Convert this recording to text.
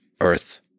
Earth